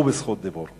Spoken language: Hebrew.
הוא בזכות דיבור.